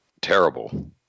terrible